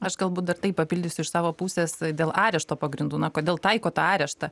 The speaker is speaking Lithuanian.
aš galbūt dar taip papildysiu iš savo pusės dėl arešto pagrindų na kodėl taiko tą areštą